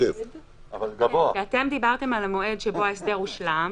שעדיין הם בסמכות ההסדרים